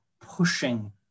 pushing